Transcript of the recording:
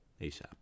ASAP